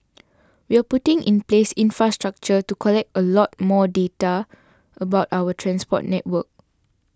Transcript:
we're putting in place infrastructure to collect a lot more data about our transport network